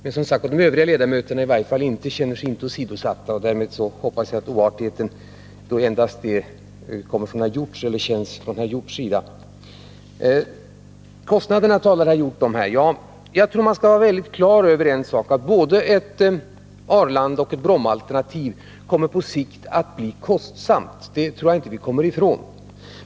Men de övriga ledamöterna av utskottet känner sig som sagt inte åsidosatta, så jag hoppas att det bara är herr Hjorth som känner sig oartigt behandlad. Herr Hjorth talade om kostnaderna. Jag tror att man skall vara på det klara med att både ett Arlandaalternativ och ett Brommaalternativ på sikt kommer att bli kostsamt. Det tror jag inte vi kommer ifrån.